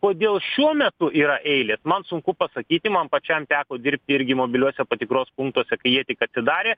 kodėl šiuo metu yra eilės man sunku pasakyti man pačiam teko dirbti irgi mobiliuose patikros punktuose kai jie tik atsidarė